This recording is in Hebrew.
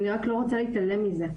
ואני רק לא רוצה להתעלם מזה.